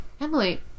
Emily